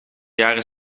jaren